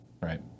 right